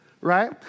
Right